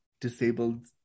disabled